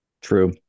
True